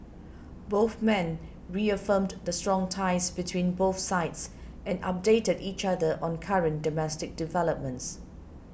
both men reaffirmed the strong ties between both sides and updated each other on current domestic developments